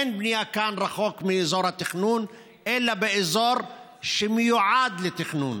אין כאן בנייה רחוק מאזור התכנון אלא באזור שמיועד לתכנון.